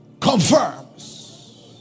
confirms